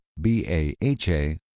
B-A-H-A